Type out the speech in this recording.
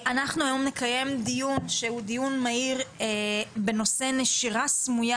אנחנו היום נקיים דיון שהוא דיון מהיר בנושא נשירה סמויה